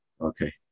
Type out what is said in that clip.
Okay